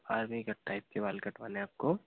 army cut type के बाल कटवाने हैं आपको